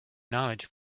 knowledge